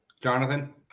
Jonathan